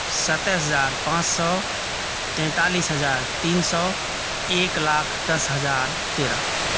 सत्ताइस हजार पाँच सए तैंतालिस हजार तीन सए एक लाख दस हजार तेरह